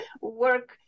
work